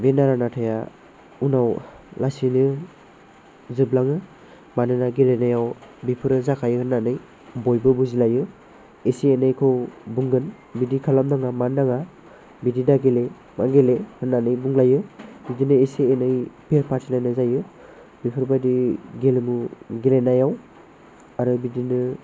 बे नारा नाथाया उनाव लासैनो जोबलाङो मानोना गेलेनायाव बेफोरो जाखायो होननानै बयबो बुजिलायो एसे एनैखौ बुंगोन बिदि खालाम नाङा मानो नाङा बिदि दागेले एबा गेले होननानै बुंलायो बिदिनो एसे एनै फेर फाथिलायनाय जायो बेफोरबायदि गेलेमु गेलेनायाव आरो बिदिनो